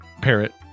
parrot